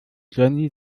jenny